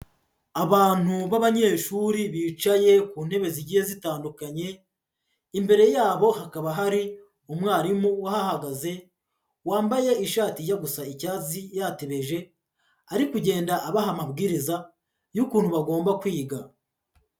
Abantu b'abanyeshuri bicaye ku ntebe zigiye zitandukanye, imbere yabo hakaba hari umwarimu uhahagaze wambaye ishati ijya gusa icyatsi yatebeje ari kugenda abaha amabwiriza y'ukuntu bagomba kwiga.